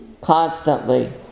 constantly